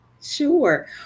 Sure